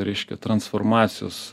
reiškia transformacijos